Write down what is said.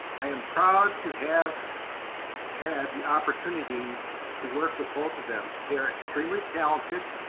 i am proud to have had the opportunity to work with both of them. they are extremely talented,